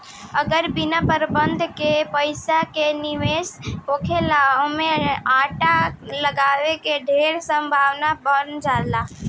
अगर बिना प्रबंधन के पइसा के निवेश होला ओमें घाटा लागे के ढेर संभावना बन जाला